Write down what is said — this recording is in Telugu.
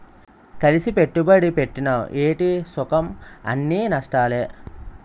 కలిసి పెట్టుబడి పెట్టినవ్ ఏటి సుఖంఅన్నీ నష్టాలే